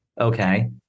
Okay